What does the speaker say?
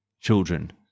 children